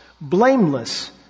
blameless